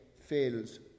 fails